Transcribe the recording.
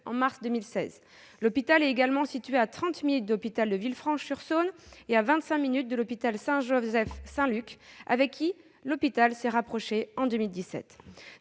en mars 2016. Il est également à trente minutes de l'hôpital de Villefranche-sur-Saône et à vingt-cinq minutes de l'hôpital Saint-Joseph-Saint-Luc, auprès duquel l'hôpital s'est rapproché en 2017.